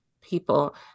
people